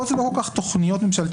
פה זה לא כל כך תוכניות ממשלתיות.